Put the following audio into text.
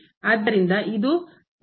ಆದ್ದರಿಂದ ಇದು 0 ಮತ್ತು ನಂತರ ಇಲ್ಲಿ ln